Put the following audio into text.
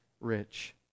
rich